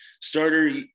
starter